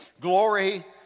Glory